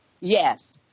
Yes